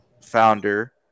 founder